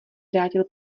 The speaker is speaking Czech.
vrátil